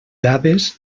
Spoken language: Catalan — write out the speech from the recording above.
dades